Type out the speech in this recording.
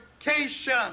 education